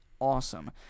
awesome